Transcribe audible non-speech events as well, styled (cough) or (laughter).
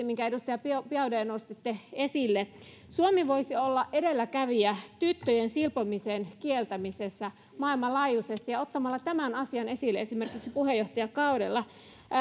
(unintelligible) minkä edustaja biaudet nostitte esille suomi voisi olla edelläkävijä tyttöjen silpomisen kieltämisessä maailmanlaajuisesti ottamalla tämän asian esille esimerkiksi puheenjohtajakaudella